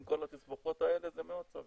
עם כל התסבוכות האלה זה מאוד סביר.